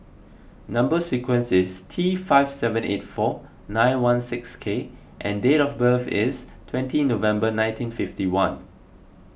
Number Sequence is T five seven eight four nine one six K and date of birth is twenty November nineteen fifty one